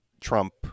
Trump